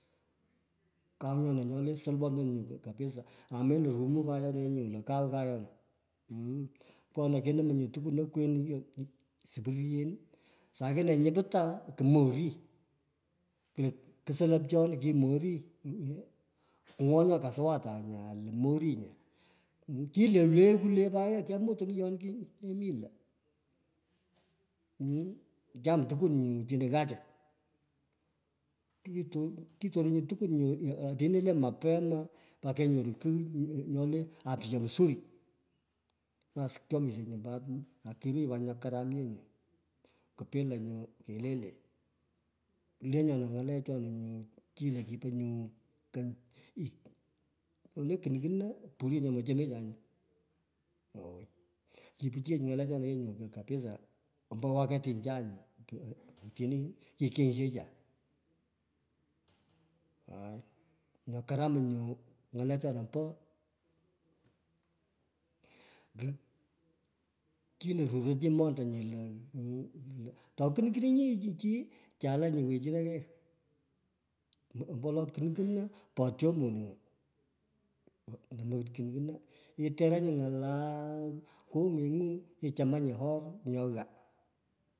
Kau nyona, nyole soiwonton nyu kapisaa, aa melo rumuy kayona yee nyu lo kau kayonu pkonoi kenamoi nyu tukwun okwen; supuryen, saa ngine nyoputa komi ori, kusolopchon kimii ori. Ng’o nyo kasowa nya atai nya lo mo ori nya. Kilewlewoi pat kwule, kemut onyiyon kemile mmh, keyaam tukwun nyu chino ghaachach. Kit kitoroi nyu tukwun otini le mapema pa kenyeru kigh nyo le afya msori, aas kyomisho nyo pat, akemi pat nyo karam yee nyo. Kubila nyu kulete. Kulenyona nyalechona nyu kighoi kipo nyu kony. La nyole kunkuno, puryo nyo mochemechanye, owoi kipichiyech ng’alechona yee nyu kabisa, ombo wakati ncha nyuu, otini kikengshecha aai. Nyo karamach nyu ng’alechona po chino ruroi chi montanyi lo mmh, lo, ato kunkuninyi chi chulanyi wechino kei ombo wolo kunkuno potyo monunyo, andu mo kunkuno, iteranyi ny. alaa kongengu ichamanyi or nyo ghaa.